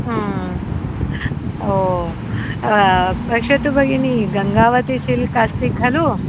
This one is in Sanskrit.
ओ पश्यतु भगिनि गङ्गावतीशिल्क् अस्ति खलु